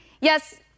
Yes